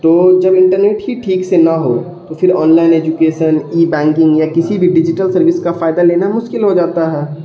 تو جب انٹرنیٹ ہی ٹھیک سے نہ ہو تو پھر online education e banking یا کسی بھی ڈیجیٹل سروس کا فائدہ لینا مشکل ہو جاتا ہے